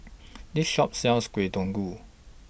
This Shop sells Kuih